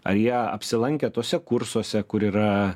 ar jie apsilankę tuose kursuose kur yra